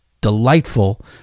delightful